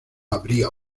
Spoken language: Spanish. habría